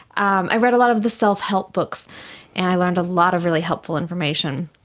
um i read a lot of the self-help books and i learned a lot of really helpful information.